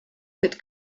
that